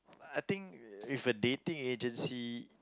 I think if a dating agency